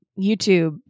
YouTube